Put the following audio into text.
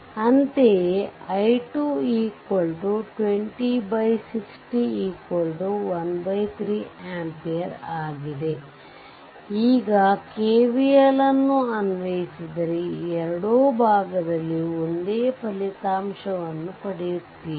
ಅಂತೆಯೇ i2 206013amps ಈಗ KVL ನ್ನು ಅನ್ವಯಿಸಿದರೆ ಈ ಎರಡು ಭಾಗದಲ್ಲಿಯೂ ಒಂದೇ ಫಲಿತಾಂಶವನ್ನು ಪಡೆಯುತ್ತೀರಿ